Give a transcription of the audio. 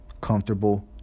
comfortable